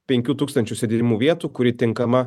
penkių tūkstančių sėdimų vietų kuri tinkama